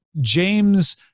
James